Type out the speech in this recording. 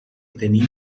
tenim